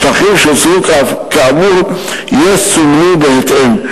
שטחים שהוספו כאמור יסומנו בהתאם.